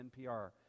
NPR